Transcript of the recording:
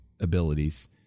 abilities